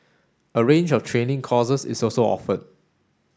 a range of training courses is also offered